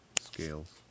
scales